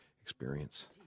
experience